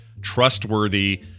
trustworthy